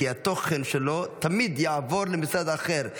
כי התוכן שלו תמיד יעבור למשרד אחר.